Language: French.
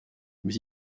mais